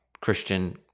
Christian